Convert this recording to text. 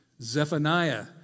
Zephaniah